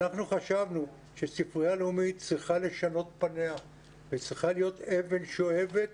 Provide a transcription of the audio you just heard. אנחנו חשבנו שהספרייה הלאומית צריכה לשנות פניה וצריכה להיות אבן שואבת